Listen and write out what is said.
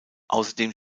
außerdem